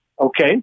Okay